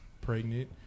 pregnant